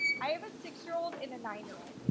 i have a six year old and a nine year old.